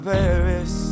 Paris